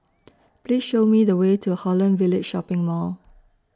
Please Show Me The Way to Holland Village Shopping Mall